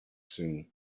soon